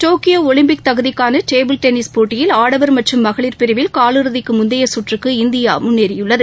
Tokyo Olympic தகுதிக்கான table tennis போட்டியில் India ஆடவர் மற்றும் மகளிர் பிரிவில் கால் இறுதிக்கு முந்தைய சுற்றுக்கு முன்னேறியுள்ளது